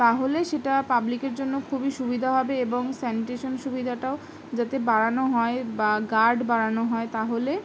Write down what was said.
তাহলে সেটা পাবলিকের জন্য খুবই সুবিধা হবে এবং স্যানিটেশন সুবিধাটাও যাতে বাড়ানো হয় বা গার্ড বাড়ানো হয় তাহলে